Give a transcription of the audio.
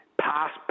past